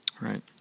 Right